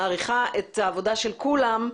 מעריכה את העבודה של כולם,